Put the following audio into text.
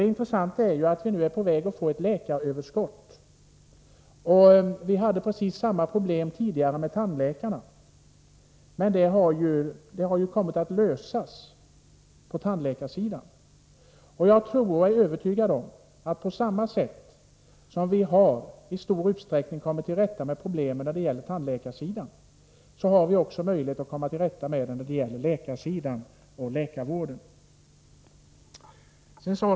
Det intressanta är att vi nu är på väg att få ett läkaröverskott. Vi hade tidigare precis samma problem när det gällde tandläkarna, men det problemet har kommit att lösas. Jag är övertygad om att vi, på samma sätt som vi i stor utsträckning har kommit till rätta med problemen när det gäller tandläkarna, har möjlighet att komma till rätta med dem när det gäller läkarna och läkarvården.